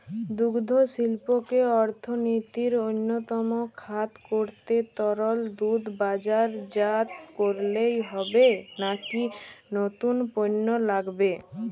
দুগ্ধশিল্পকে অর্থনীতির অন্যতম খাত করতে তরল দুধ বাজারজাত করলেই হবে নাকি নতুন পণ্য লাগবে?